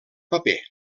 paper